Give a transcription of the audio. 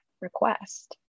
request